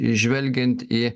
žvelgiant į